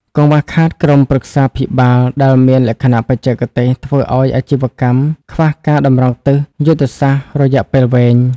កង្វះខាតក្រុមប្រឹក្សាភិបាល ដែលមានលក្ខណៈបច្ចេកទេស ធ្វើឱ្យអាជីវកម្មខ្វះការតម្រង់ទិសយុទ្ធសាស្ត្ររយៈពេលវែង។